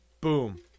Boom